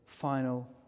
Final